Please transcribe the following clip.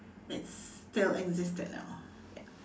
that still existed now ya